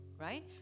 Right